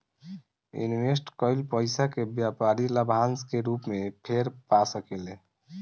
invest कईल पइसा के व्यापारी लाभांश के रूप में फेर पा सकेले